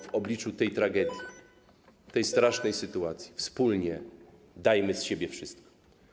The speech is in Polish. W obliczu tej tragedii, tej strasznej sytuacji wspólnie dajmy z siebie wszystko.